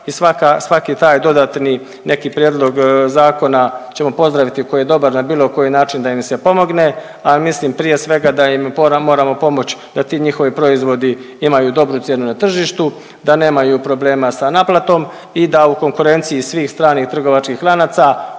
svaki taj dodatni neki prijedlog zakona ćemo pozdraviti koji je dobar na bilo koji način da im se pomogne, a mislim prije svega da im moramo pomoć da ti njihovi proizvodi imaju dobru cijenu na tržištu, da nemaju problema sa naplatom i da u konkurenciji svih stranih trgovačkih lanaca